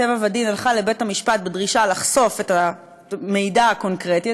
טבע ודין הלכה לבית-המשפט בדרישה לחשוף את המידע הקונקרטי,